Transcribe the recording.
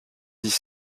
dix